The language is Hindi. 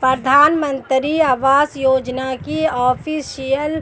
प्रधानमंत्री आवास योजना की ऑफिशियल